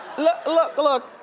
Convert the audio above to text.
look, look, look.